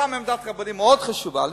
גם עמדת הרבנים מאוד חשובה לי,